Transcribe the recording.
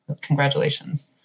congratulations